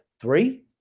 Three